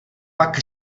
pak